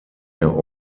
der